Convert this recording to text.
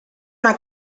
una